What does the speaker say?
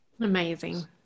Amazing